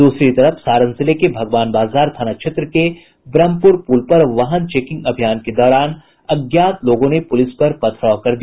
दूसरी तरफ सारण जिले के भगवान बाजार थाना क्षेत्र के ब्रह्मपुर पुल पर वाहन चेकिंग अभियान के दौरान अज्ञात लोगों ने पुलिस पर पथराव कर दिया